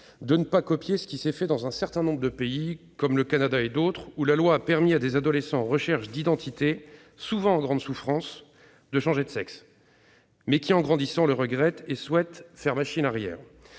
de ne pas copier ce qui s'est fait dans un certain nombre de pays, comme le Canada, où la loi a permis à des adolescents en recherche d'identité, souvent en grande souffrance, de changer de sexe. Car souvent, en grandissant, ceux-ci le regrettent et souhaitent faire machine arrière.